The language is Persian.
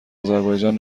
آذربایجان